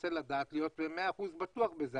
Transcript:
רוצה לדעת ולהיות ב-100% בטוח בזה.